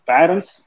Parents